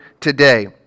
today